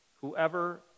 Whoever